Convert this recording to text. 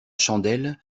chandelle